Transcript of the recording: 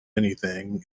anything